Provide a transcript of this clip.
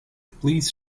please